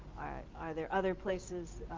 ah there other places,